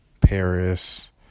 Paris